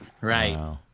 right